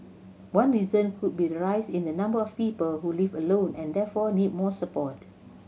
one reason could be the rise in the number of people who live alone and therefore need more support